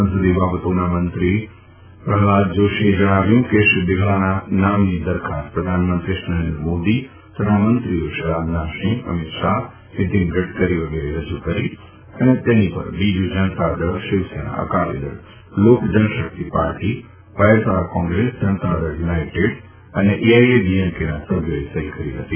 સંસદિય બાબતોના મંત્રી પ્રહલાદ જોશીએ જણાવ્યું કે શ્રી બિરલાના નામની દરખાસ્ત પ્રધાનમંત્રીશ્રી નરેન્દ્ર મોદી તથા મંત્રીઓ રાજનાથસિંહ અમીત શાહ અને નીતીન ગડકરીએ રજૂ કરી હતી અને તેની પર બીજૂ જનતા દળ શિવસેના અકાલીદળ લોકજનશક્તિ પાર્ટી વાયએસઆર કોંગ્રેસ જનતાદળયૂનાઇટેડ અને એઆઇએડીએમકેના સભ્યોએ સહી કરી હતી